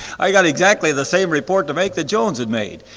i got exactly the same report to make that jones had made.